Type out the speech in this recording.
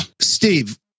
Steve